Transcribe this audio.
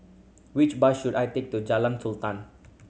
which bus should I take to Jalan Sultan